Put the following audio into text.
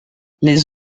les